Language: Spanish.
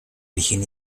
origen